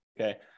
okay